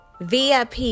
VIP